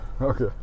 Okay